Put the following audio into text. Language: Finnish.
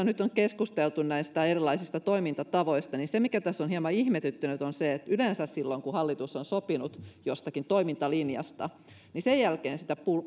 nyt on keskusteltu näistä erilaisista toimintatavoista niin se mikä tässä on hieman ihmetyttänyt on se että yleensä silloin kun hallitus on sopinut jostakin toimintalinjasta niin sen jälkeen sitä